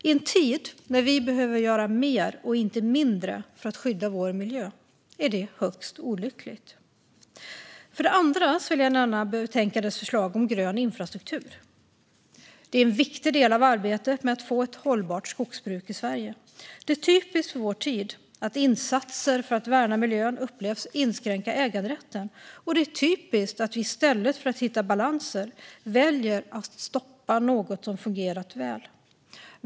I en tid när vi behöver göra mer och inte mindre för att skydda vår miljö är det högst olyckligt. Jag vill även nämna förslaget i betänkandet om grön infrastruktur. Det är en viktig del av arbetet med att få ett hållbart skogsbruk i Sverige. Det är typiskt för vår tid att insatser för att värna miljön upplevs inskränka äganderätten, och det är typiskt att vi i stället för att hitta balanser väljer att stoppa något som har fungerat väl.